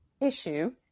issue